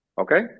Okay